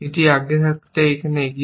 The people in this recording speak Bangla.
আমি এখান থেকে এগিয়ে যাচ্ছি